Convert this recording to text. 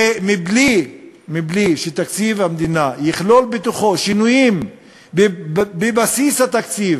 ובלי שתקציב המדינה יכלול בתוכו שינויים בבסיס התקציב,